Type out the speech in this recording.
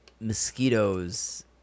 Mosquitoes